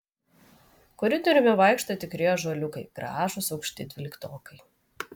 koridoriumi vaikšto tikri ąžuoliukai gražūs aukšti dvyliktokai